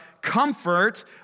comfort